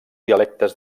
dialectes